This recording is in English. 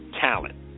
talent